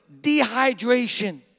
dehydration